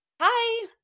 Hi